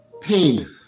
Pain